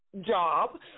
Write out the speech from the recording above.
Job